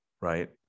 Right